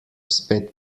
spet